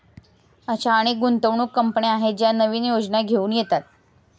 अशा अनेक गुंतवणूक कंपन्या आहेत ज्या नवीन योजना घेऊन येतात